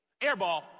Airball